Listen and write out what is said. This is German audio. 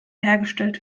hergestellt